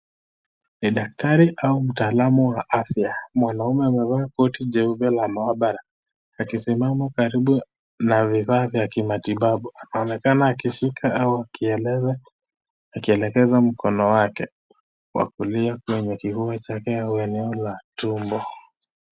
Ni daktari au ni mtaalamu wa afya, mwanaume amevaa koti jeupe la mahabara, akisimama karibu na vifaa vya kimatibabu, anaonekana akishika au akielekeza mkono wake wa kulia kwenye kifua chake au eneo la tumbo.